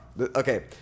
okay